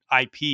IP